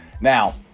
Now